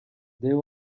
there